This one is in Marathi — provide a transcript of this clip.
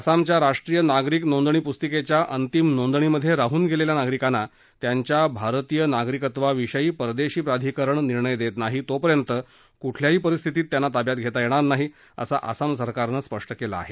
आसामच्या राष्ट्रीय नागरिक नोंदणी पुस्तिकेच्या अंतिम नोंदणी मधे राहून गेलेल्या नागरिकांना त्यांच्या भारतीय नागरिकत्वाविषयी परदेशी प्राधिकरण निर्णय देत नाही तोपर्यंत कुठल्याही परिस्थितीत ताब्यात घेता येणार नाही असं आसाम सरकारनं स्पष्ट केलं आहे